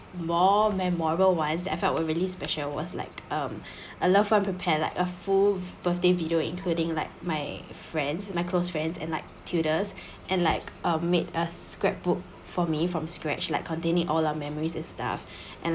more memorable one that I felt were really special was like um a love one prepare like a full birthday video including like my friends my close friends and like tutors and like um made us scrap book for me from scratch like containing all our memories and stuff and